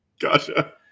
Gotcha